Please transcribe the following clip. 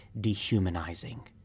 dehumanizing